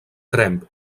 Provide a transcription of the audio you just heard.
tremp